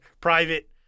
private